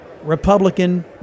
republican